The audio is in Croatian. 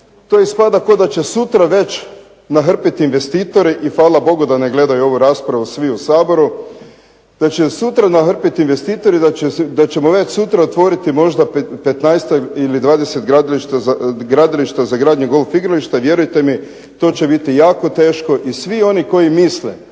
to ispada kao da će sutra već nahrpiti investitori i hvala Bogu da ne gledaju ovu raspravu svi u Saboru, da će sutra nahrpiti investitori da ćemo već sutra otvoriti možda 15-ak ili 20 gradilišta za gradnju golf igrališta. Vjerujte mi to će biti jako teško i svi oni koji misle